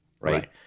right